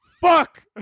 Fuck